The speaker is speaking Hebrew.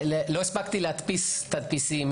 לא הספקתי להדפיס תדפיסים.